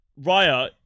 Raya